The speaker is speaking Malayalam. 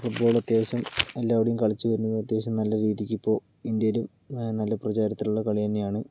ഫുട്ബോള് അത്യാവശ്യം എല്ലാവരും കളിച്ച് വരുന്ന അത്യാവശ്യം നല്ല രീതിക്ക് ഇപ്പോൾ ഇന്ത്യയിലും നല്ല പ്രചാരത്തിൽ ഉള്ള കളി തന്നെയാണ്